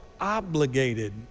obligated